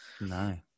No